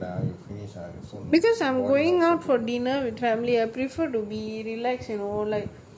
you know with our family I prefer to be relax you know not stressing myself out for people